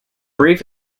brief